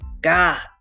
God